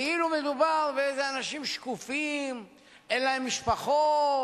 כאילו מדובר באנשים שקופים שאין להם משפחות,